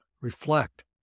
reflect